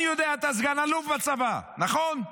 אני יודע, אתה סגן אלוף בצבא, נכון?